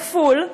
כפול,